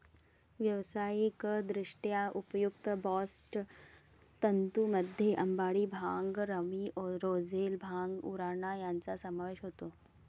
व्यावसायिकदृष्ट्या उपयुक्त बास्ट तंतूंमध्ये अंबाडी, भांग, रॅमी, रोझेल, भांग, उराणा यांचा समावेश होतो